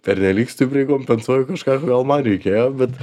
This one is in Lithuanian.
pernelyg stipriai kompensuoju kažką ko gal man reikėjo bet